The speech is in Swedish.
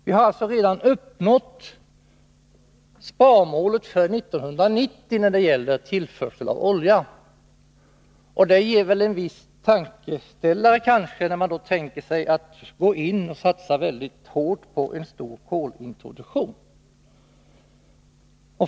Vi har alltså redan uppnått sparmålet för 1990 när det gäller tillförseln av olja. Det ger oss kanske en tankeställare när det talas om en mycket stark satsning på en omfattande kolintroduktion.